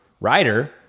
rider